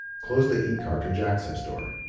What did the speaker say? close the ink cartridge access door.